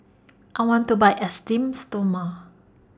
I want to Buy Esteem Stoma